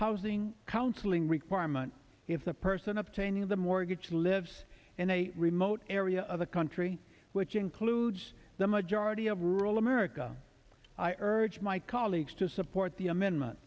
housing counseling requirement if the person obtaining the mortgage lives in a remote area of the country which includes the majority of rural america i urge my colleagues to support the amendment